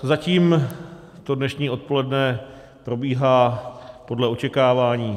Zatím to dnešní odpoledne probíhá podle očekávání.